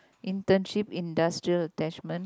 internship industrial attachment